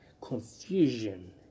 confusion